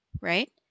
right